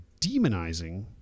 demonizing